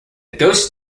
ghost